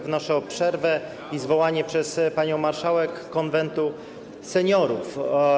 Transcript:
Wnoszę o przerwę i zwołanie przez panią marszałek Konwentu Seniorów.